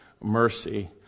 mercy